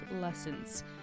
lessons